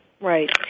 right